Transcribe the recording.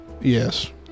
Yes